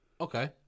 Okay